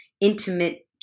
intimate